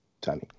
Tony